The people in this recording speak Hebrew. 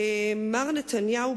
מר נתניהו,